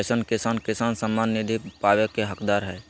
कईसन किसान किसान सम्मान निधि पावे के हकदार हय?